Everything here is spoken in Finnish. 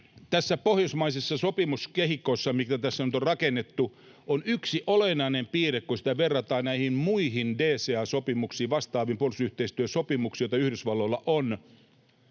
Tässä pohjoismaisessa sopimuskehikossa, mitä tässä nyt on rakennettu, on yksi olennainen piirre, kun sitä verrataan muihin DCA-sopimuksiin, vastaaviin puolustusyhteistyösopimuksiin, joita Yhdysvalloilla on: